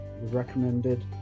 recommended